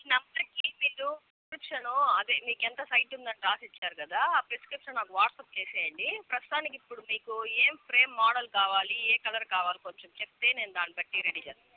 ఈ నెంబర్కి మీరు ప్రిస్క్రిప్షన్ అదే మీకు ఎంత సైట్ ఉండండి రాసిచ్చారు కదా ఆ ప్రిస్క్రిప్షన్ నాకు వాట్సాప్ చేసేయండి ప్రస్తుతానికి ఇప్పుడు మీకు ఏ ఫ్రెమ్ మోడల్ కావాలి ఏ కలర్ కావాలి కొంచెం చెప్తే నేను దాని బట్టి రెడీ చేస్తాను